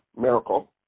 miracle